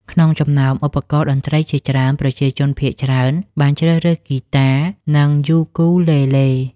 ក្នុងចំណោមឧបករណ៍តន្ត្រីជាច្រើន ប្រជាជនភាគច្រើនបានជ្រើសរើសហ្គីតា និងយូគូលេលេ ។